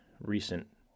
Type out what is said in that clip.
recent